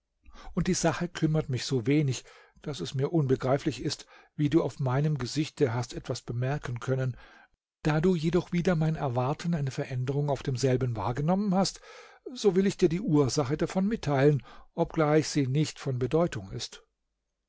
und die sache kümmert mich so wenig daß es mir unbegreiflich ist wie du auf meinem gesichte hast etwas bemerken können da du jedoch wider mein erwarten eine veränderung auf demselben wahrgenommen hast so will ich dir die ursache davon mitteilen obgleich sie nicht von bedeutung ist